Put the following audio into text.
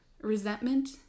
resentment